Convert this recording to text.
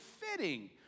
fitting